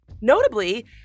Notably